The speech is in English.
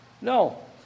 No